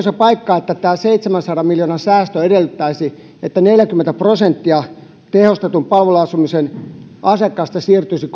se paikkansa että tämä seitsemänsadan miljoonan säästö edellyttäisi että neljäkymmentä prosenttia tehostetun palveluasumisen asiakkaista siirtyisi